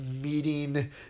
Meeting